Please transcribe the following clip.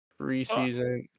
preseason